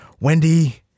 Wendy